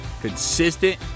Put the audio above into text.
consistent